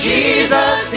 Jesus